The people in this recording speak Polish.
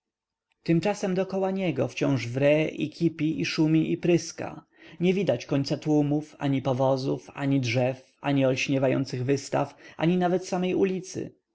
tymczasem dokoła niego wciąż wre i kipi i szumi i pryska nie widać końca tłumów ani powozów ani drzew ani olśniewających wystaw ani nawet samej ulicy